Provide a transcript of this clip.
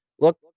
Look